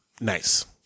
Nice